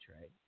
right